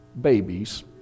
babies